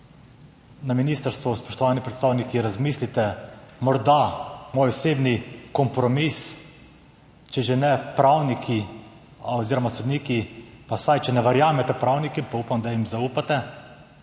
na ministrstvu, spoštovani predstavniki, razmislite, morda moj osebni kompromis, če že ne pravniki oziroma sodniki, če ne verjamete pravnikom, pa upam, da jim zaupate,